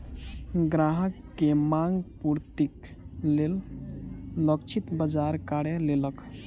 ग्राहक के मांग पूर्तिक लेल लक्षित बाजार कार्य केलक